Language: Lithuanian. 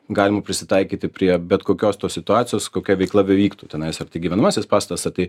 galima prisitaikyti prie bet kokios tos situacijos kokia veikla bevyktų tenais ar tai gyvenamasis pastatas ar tai